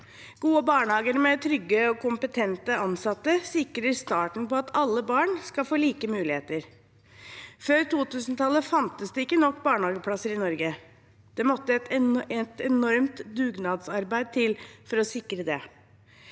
Gode barnehager med trygge og kompetente ansatte sikrer starten på at alle barn skal få like muligheter. Før 2000-tallet fantes det ikke nok barnehageplasser i Norge. Det måtte et enormt dugnadsarbeid til for å sikre det.